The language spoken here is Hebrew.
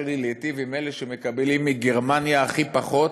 שלי להיטיב עם אלה שמקבלים מגרמניה הכי פחות,